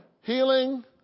healing